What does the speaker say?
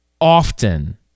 often